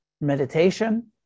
meditation